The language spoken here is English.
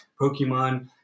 Pokemon